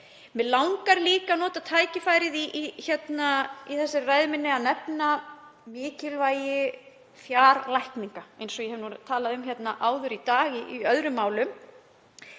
Mig langar líka að nota tækifærið til að nefna mikilvægi fjarlækninga eins og ég hef talað um áður í dag í öðrum málum.